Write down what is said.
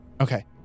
Okay